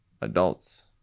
adults